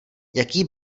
jaký